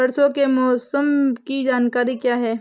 परसों के मौसम की जानकारी क्या है?